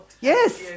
Yes